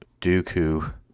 Dooku